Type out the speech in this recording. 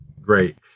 great